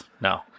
No